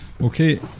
Okay